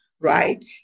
right